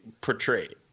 portrayed